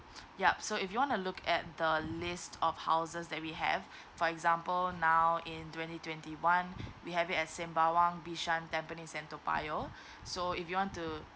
yup so if you want to look at the list of houses that we have for example now in twenty twenty one we have it at sembawang bishan tampines and toa payoh so if you want to